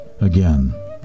again